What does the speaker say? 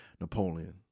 Napoleon